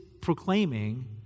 proclaiming